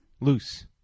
Loose